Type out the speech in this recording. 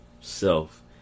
self